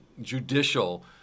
judicial